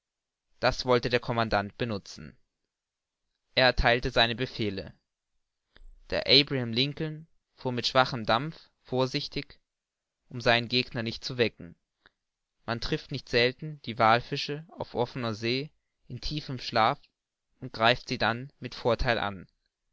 das wollte der commandant benutzen er ertheilte seine befehle der abraham lincoln fuhr mit schwachem dampf vorsichtig um seinen gegner nicht zu wecken man trifft nicht selten die wallfische auf offener see in tiefem schlaf und greift sie dann mit vortheil an